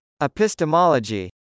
Epistemology